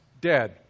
dead